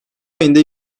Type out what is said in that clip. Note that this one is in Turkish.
ayında